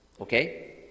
okay